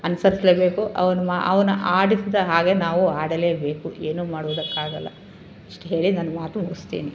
ಅನುಸರಿಸ್ಲೇಬೇಕು ಅವನು ಅವನು ಆಡಿಸಿದ ಹಾಗೆ ನಾವು ಆಡಲೇಬೇಕು ಏನೂ ಮಾಡುವುದಕ್ಕಾಲ್ಲ ಇಷ್ಟು ಹೇಳಿ ನನ್ನ ಮಾತು ಮುಗಿಸ್ತೀನಿ ಅಷ್ಟೇ